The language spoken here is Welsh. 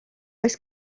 oes